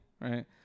right